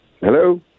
Hello